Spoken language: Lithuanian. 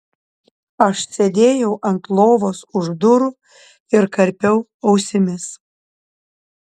aš sėdėjau ant lovos už durų ir karpiau ausimis